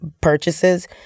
purchases